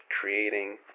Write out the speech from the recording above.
creating